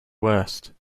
worst